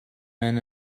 men